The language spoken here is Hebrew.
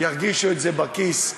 ירגישו את זה בכיס,